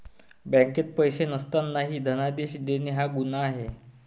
बँकेत पैसे नसतानाही धनादेश देणे हा गुन्हा आहे